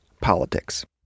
politics